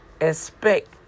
Expect